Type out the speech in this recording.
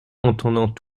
entendant